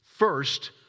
First